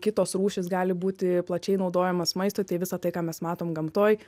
kitos rūšys gali būti plačiai naudojamas maistui tai visa tai ką mes matom gamtoj